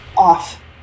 off